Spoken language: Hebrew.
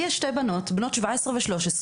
לי יש שתי בנות 17 ו-13,